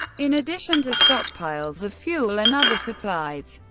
in addition to stockpiles of fuel and other supplies,